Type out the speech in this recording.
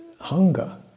hunger